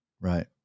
Right